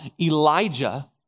Elijah